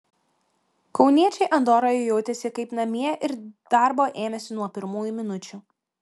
kauniečiai andoroje jautėsi kaip namie ir darbo ėmėsi nuo pirmųjų minučių